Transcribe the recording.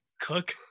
cook